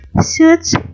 suits